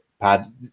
Pad